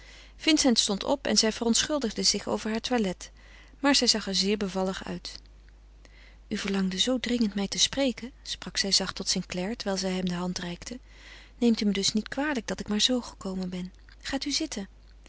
vincent stond op en zij verontschuldigde zich over heur toilet maar zij zag er zeer bevallig uit u verlangde zoo dringend mij te spreken sprak zij zacht tot st clare terwijl zij hem de hand reikte neemt u me dus niet kwalijk dat ik maar zoo gekomen ben gaat u zitten